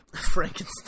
Frankenstein